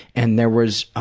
and there was